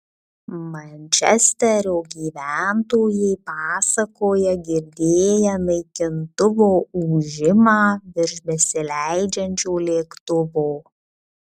mančesterio gyventojai pasakoja girdėję naikintuvo ūžimą virš besileidžiančio lėktuvo